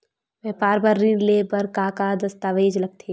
व्यापार बर ऋण ले बर का का दस्तावेज लगथे?